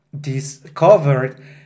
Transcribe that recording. discovered